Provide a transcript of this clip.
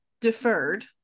deferred